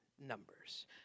Numbers